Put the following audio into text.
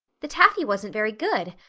the taffy wasn't very good,